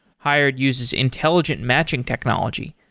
hired uses intelligent matching technology.